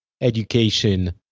education